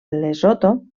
lesotho